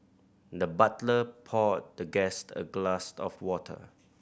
the butler poured the guest a glass of water